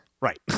Right